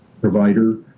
Provider